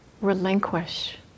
relinquish